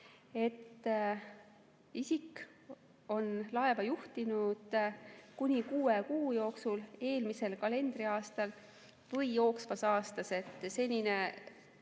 et isik on laeva juhtinud kuni kuue kuu jooksul eelmisel kalendriaastal või jooksvas aastas. Senises,